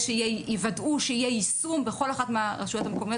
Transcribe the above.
ושיוודאו שיהיה יישום בכל אחת מהרשויות המקומיות.